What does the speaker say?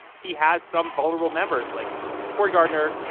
he has some vulnerable members like cory gardner,